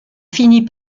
finit